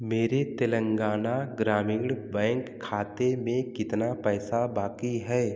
मेरे तेलंगाना ग्रामीण बैंक खाते में कितना पैसा बाकी है